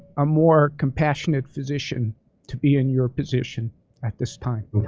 a more compassionate physician to be in your position at this time.